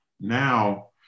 now